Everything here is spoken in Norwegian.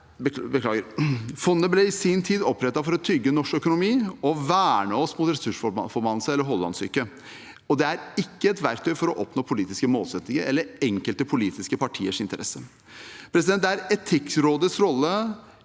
Fondet ble i sin tid opprettet for å trygge norsk økonomi og verne oss mot ressursforbannelse eller hollandsk syke. Det er ikke et verktøy for å oppnå politiske målsettinger eller for enkelte politiske partiers interesse. Det er Etikkrådets rolle